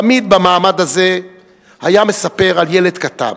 תמיד במעמד הזה היה מספר על ילד קטן,